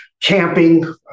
camping